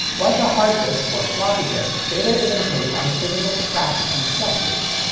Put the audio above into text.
like a hard disk or floppy disk, data is encoded on physical tracks and sectors.